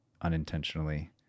unintentionally